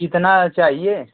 कितना चाहिए